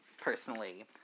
personally